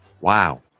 Wow